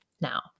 Now